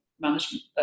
management